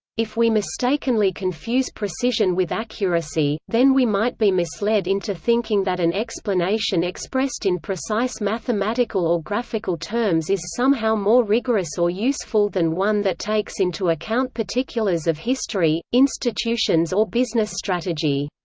if we mistakenly confuse precision with accuracy, then we might be misled into thinking that an explanation expressed in precise mathematical or graphical terms is somehow more rigorous or useful than one that takes into account particulars of history, institutions or business strategy.